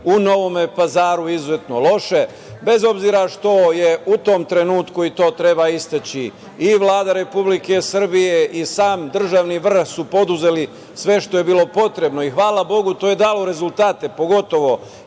u Novom Pazaru izuzetno loše, bez obzira što su u tom trenutku, i to treba istaći, i Vlada Republike Srbije i sam državni vrh preduzeli sve što je bilo potrebno i, hvala bogu, to je dalo rezultate, pogotovo